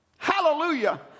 Hallelujah